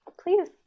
please